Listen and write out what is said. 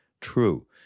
True